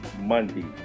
Monday